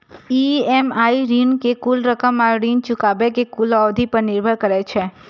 EMI ऋण के कुल रकम आ ऋण चुकाबै के कुल अवधि पर निर्भर करै छै